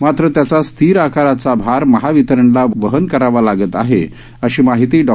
मात्र त्याचा स्थिर आकाराचा भार महावितरणला वहन करावा लागत आहे अशी माहिती डॉ